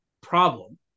problem